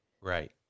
Right